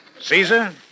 Caesar